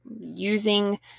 using